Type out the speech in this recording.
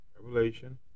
Revelation